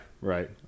Right